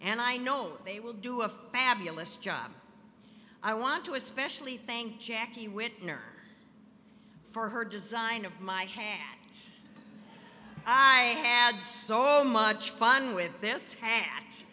and i know they will do a fabulous job i want to especially thank jackie whitner for her design of my hands i had so much fun with this